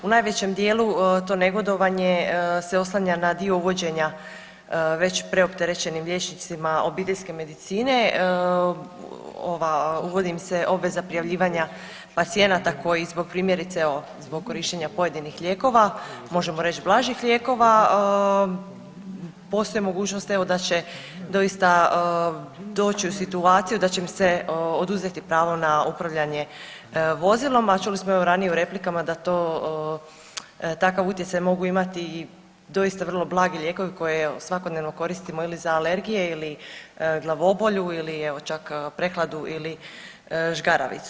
U najvećem dijelu to negodovanje se oslanja na dio uvođenja već preopterećenim liječnicima obiteljske medicine, uvodi im se obveza prijavljivanja pacijenata koji zbog primjerice, evo zbog korištenja pojedinih lijekova možemo reći blažih lijekova, postoji mogućnost da će doista doći u situaciju da će im se oduzeti pravo na upravljanje vozilom, a čuli smo ranije u replikama da to takav utjecaj mogu imati doista vrlo blagi lijekovi koje svakodnevno koristimo ili za alergije ili glavobolju ili evo čak prehladu ili žgaravicu.